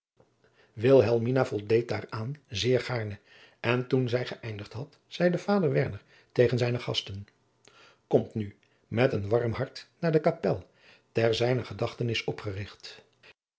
voldeed daar aan zeer gaarne en toen zij geëindigd had zeide vader werner tegen zijne gasten komt nu met een warm hart naar de kapel ter zijner gedachtenis opgerigt